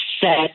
set